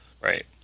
Right